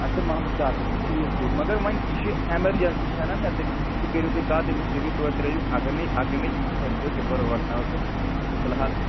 اچھا محمٕدۍ کاکَس سۭتۍ ٹھیٖک ٹھیٖک مگر وۄنۍ یہِ چھِ ایمَرجَنسی چھَ نا مےٚ تٔمِس سۭتۍ تہِ کٔرِو تُہۍ کَتھ تٔمِس دٔپِو توتہِ ترٛٲیِو اَگرنَے اَگرنَے توتہِ ترٛٲیِو ٹِپَر ٲٹھ نَو تہٕ فل حال